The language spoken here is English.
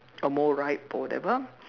a more ripe or whatever